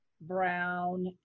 brown